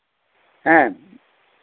ᱦᱮᱸ